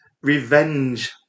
revenge